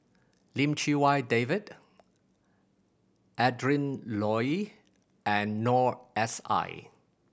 Lim Chee Wai David Adrin Loi and Noor S I